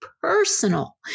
personal